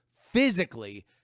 physically